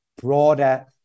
broader